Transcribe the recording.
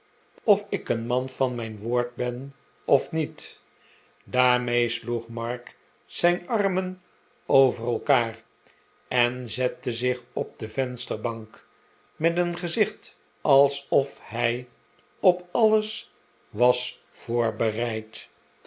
of ik een man van mijn woord ben of niet daarmee sloeg mark zijn armen over elkaar en zette zich op de vensterbank met een gezicht alsof hij op alles was voorbereid